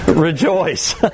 rejoice